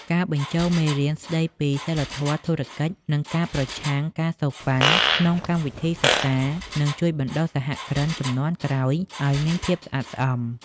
ការបញ្ចូលមេរៀនស្ដីពី "សីលធម៌ធុរកិច្ច និងការប្រឆាំង ការសូកប៉ាន់" ក្នុងកម្មវិធីសិក្សា នឹងជួយបណ្ដុះសហគ្រិនជំនាន់ក្រោយឱ្យមានភាពស្អាតស្អំ។